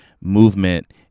movement